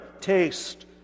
taste